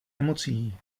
nemocí